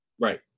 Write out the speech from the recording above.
Right